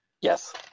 Yes